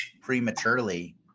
prematurely